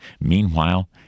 Meanwhile